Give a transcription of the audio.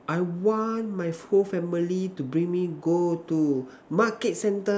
I want my whole family to bring me go to Market center